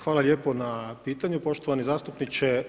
Hvala lijepo na pitanju poštovani zastupniče.